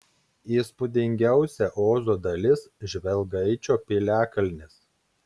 įspūdingiausia ozo dalis žvelgaičio piliakalnis